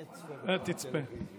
אני אצפה בטלוויזיה.